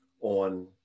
on